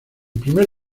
primer